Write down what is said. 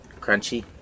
crunchy